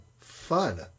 fun